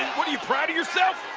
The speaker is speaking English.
what, are you proud of yourself?